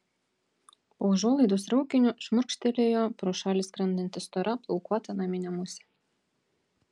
po užuolaidos raukiniu šmurkštelėjo pro šalį skrendanti stora plaukuota naminė musė